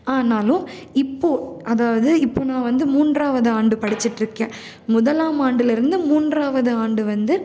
ஆனாலும் இப்போது அதாவது இப்போது நான் வந்து மூன்றாவது ஆண்டு படித்துட்ருக்கேன் முதலாம் ஆண்டுலேருந்து மூன்றாவது ஆண்டு வந்து